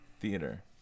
theater